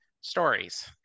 stories